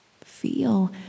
Feel